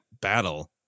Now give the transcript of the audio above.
battle